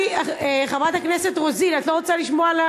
חברת הכנסת רוזין, את לא רוצה לשמוע?